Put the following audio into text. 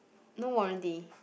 no warranty